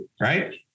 right